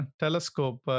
telescope